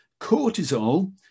Cortisol